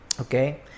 Okay